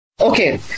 Okay